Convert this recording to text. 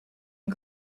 and